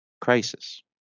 crisis